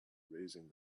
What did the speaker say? raising